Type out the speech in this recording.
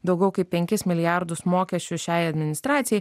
daugiau kaip penkis milijardus mokesčių šiai administracijai